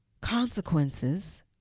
consequences